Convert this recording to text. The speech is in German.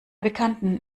bekannten